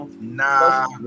nah